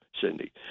Cindy